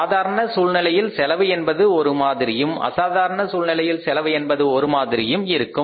சாதாரண சூழ்நிலையில் செலவு என்பது ஒரு மாதிரியும் அசாதாரண சூழ்நிலையில் செலவு என்பது ஒரு மாதிரியும் இருக்கும்